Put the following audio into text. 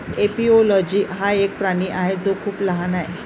एपिओलोजी हा एक प्राणी आहे जो खूप लहान आहे